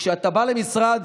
כשאתה בא למשרד,